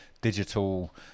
digital